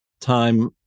time